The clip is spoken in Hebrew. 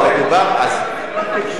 חברת תקשורת,